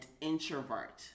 introvert